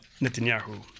Netanyahu